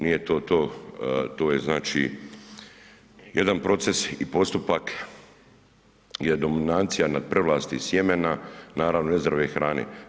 Nije to to, to je znači jedan proces i postupak je dominacija nad prevlasti sjemena, naravno nezdrave hrane.